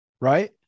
right